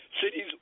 cities